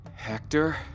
Hector